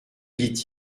dit